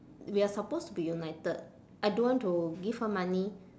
we are supposed to be united I don't want to give her money